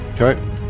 Okay